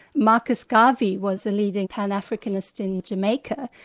marcus garvey was a leading pan-africanist in jamaica,